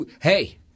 Hey